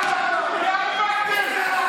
תאיים.